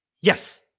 Yes